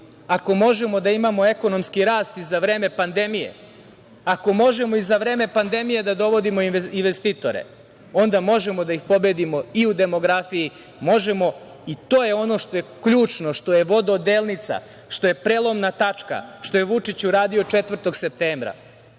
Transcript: ako možemo da imamo ekonomski rast i za vreme pandemije, ako možemo i za vreme pandemije da dovodimo investitore, onda možemo da ih pobedimo i u demografiji. Možemo i to je ono što je ključno, što je vododelnica, što je prelomna tačka, što je Vučić uradio 4. septembra